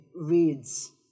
reads